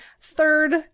Third